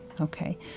Okay